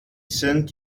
sind